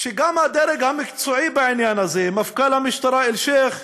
גם הדרג המקצועי בעניין הזה, מפכ"ל המשטרה אלשיך,